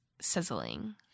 sizzling